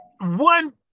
one